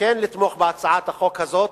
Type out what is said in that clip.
כן לתמוך בהצעת החוק הזאת,